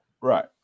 Right